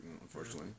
unfortunately